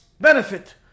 benefit